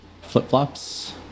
flip-flops